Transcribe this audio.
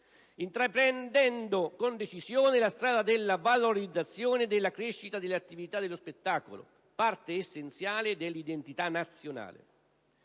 Intraprendendo con decisione la strada della valorizzazione e della crescita delle attività dello spettacolo, parte essenziale dell'identità nazionale.